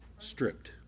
stripped